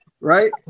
Right